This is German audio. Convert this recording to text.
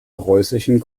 preußischen